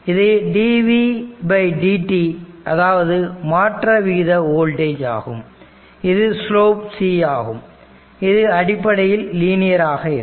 இது dvdt அதாவது மாற்ற விகித வோல்டேஜ் ஆகும் இது ஸ்லோப் c ஆகும் இது அடிப்படையில் லீனியர் ஆக இருக்கும்